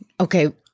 okay